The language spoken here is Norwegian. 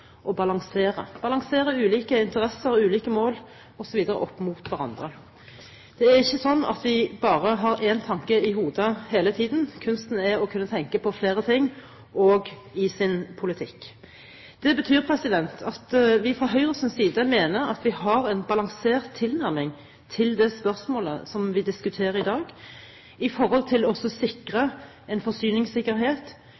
å balansere – balansere ulike interesser og ulike mål osv. opp mot hverandre. Det er ikke sånn at vi bare har én tanke i hodet til enhver tid. Kunsten er å kunne tenke på flere ting samtidig, også i sin politikk. Det betyr at vi fra Høyres side mener at vi har en balansert tilnærming til det spørsmålet vi diskuterer i dag, i forhold til